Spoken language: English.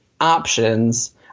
options